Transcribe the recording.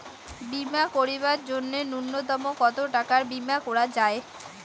বীমা করিবার জন্য নূন্যতম কতো টাকার বীমা করা যায়?